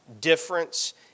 difference